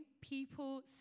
people